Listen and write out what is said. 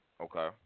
Okay